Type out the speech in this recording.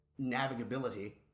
navigability